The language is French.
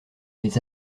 les